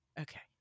okay